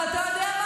אבל אתה יודע?